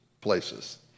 places